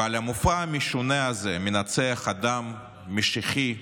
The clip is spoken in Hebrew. ועל המופע המשונה הזה מנצח אדם משיחי,